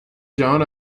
جهان